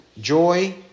joy